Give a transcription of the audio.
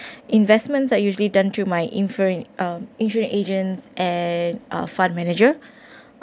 investments are usually done through my inferring um insurance agents and uh fund manager